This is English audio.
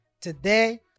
today